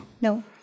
No